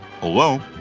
Hello